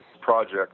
project